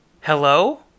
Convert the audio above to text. Hello